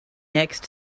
next